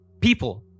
people